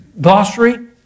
Glossary